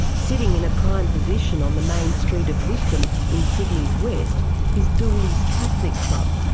sitting in a prime position on the main street of lidcombe in sydney's west is dooleys catholic club.